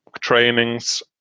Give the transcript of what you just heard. trainings